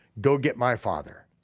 go get my father,